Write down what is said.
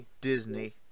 Disney